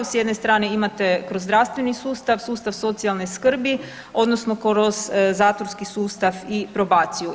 S jedne strane imate kroz zdravstveni sustav, sustav socijalne skrbi odnosno kroz zatvorski sustav i probaciju.